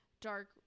dark